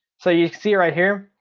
so you see right here,